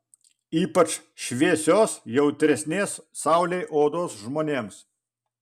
ypač šviesios jautresnės saulei odos žmonėms